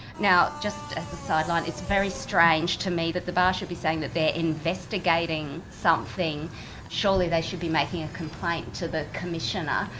now, just as a sideline, it's very strange to me that the bar should be saying that they're investigating something surely they should be making a complaint to the commissioner,